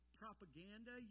propaganda